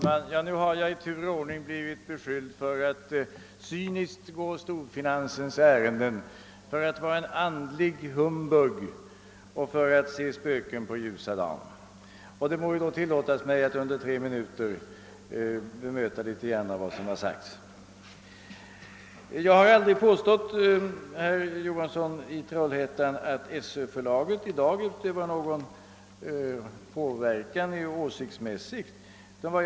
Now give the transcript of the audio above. Herr talman! Nu har jag i tur och ordning blivit beskylld för att cyniskt gå storfinansens ärenden, för att vara en andlig humbug och för att se spöken på ljusa dagen. Det må därför tillåtas mig att under högst tre minuter bemöta något av vad som har sagts. Jag har aldrig påstått, herr Johansson i Trollhättan, att Sö-förlaget i dag utövar någon åsiktsmässig påverkan.